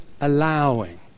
allowing